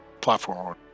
platform